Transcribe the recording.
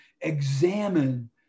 examine